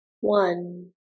One